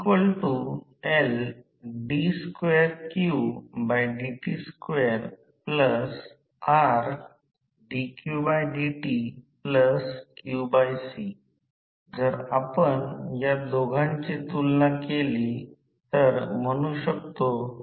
याचा अर्थ या शाखेने येथे आणखी एक ठेवली आहे हे एकत्र करा परंतु या प्रकारचे विश्लेषण चुकीचे परिणाम देईल कारण ट्रान्सफॉर्मर प्रमाणे ही वास्तविकता खूपच कमी आहे